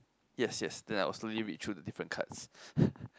yes yes then I will slowly read through the different cards